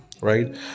right